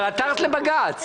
אבל עתרת לבג"ץ.